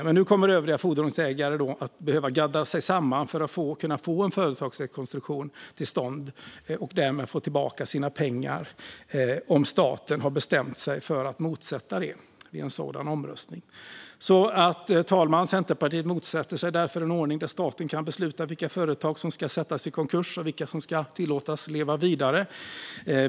Men nu kommer övriga fordringsägare att behöva gadda sig samman för att kunna få till stånd en företagsrekonstruktion och därmed få tillbaka sina pengar, om staten har bestämt sig för att motsätta sig det i en sådan omröstning. Fru talman! Centerpartiet motsätter sig därför en ordning där staten kan besluta vilka företag som ska försättas i konkurs och vilka som ska tillåtas att leva vidare.